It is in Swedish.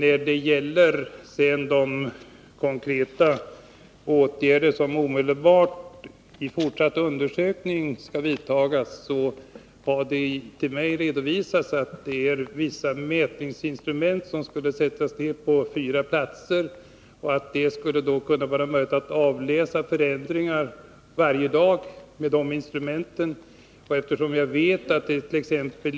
Beträffande de konkreta åtgärder som omedelbart måste vidtas när det gäller den fortsatta undersökningen vill jag säga att det för mig har redovisats att vissa mätningsinstrument skall sättas ned på fyra platser. Härigenom skulle det vara möjligt att varje dag avläsa förändringar. Eftersom jag vet att dett.ex.